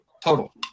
total